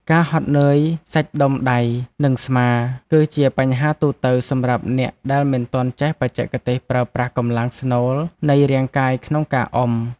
ការហត់នឿយសាច់ដុំដៃ និងស្មា គឺជាបញ្ហាទូទៅសម្រាប់អ្នកដែលមិនទាន់ចេះបច្ចេកទេសប្រើប្រាស់កម្លាំងស្នូលនៃរាងកាយក្នុងការអុំ។